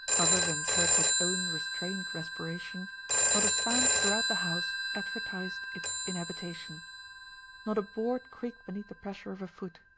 other than kirkwood's own restrained respiration not a sound throughout the house advertised its inhabitation not a board creaked beneath the pressure of a foot,